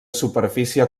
superfície